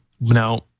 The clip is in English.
Now